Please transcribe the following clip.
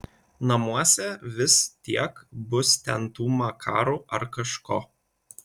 namuose vis tiek bus ten tų makarų ar kažko